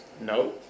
No